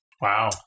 Wow